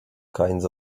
kinds